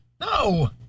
No